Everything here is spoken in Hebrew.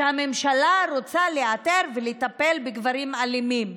שהממשלה רוצה לאתר ולטפל בגברים אלימים.